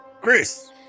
Chris